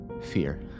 Fear